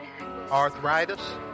Arthritis